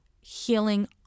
healing